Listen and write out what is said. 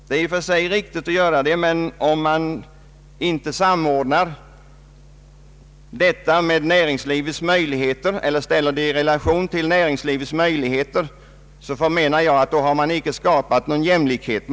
Det är i och för sig riktigt att göra det, men om man inte samordnar åtgärderna härvidlag med näringslivets möjligheter, har man enligt min mening inte skapat någon jämlikhet.